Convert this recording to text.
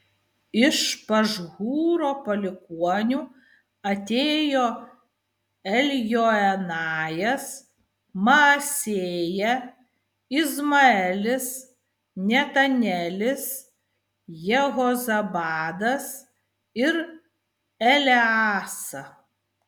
iš pašhūro palikuonių atėjo eljoenajas maasėja izmaelis netanelis jehozabadas ir eleasa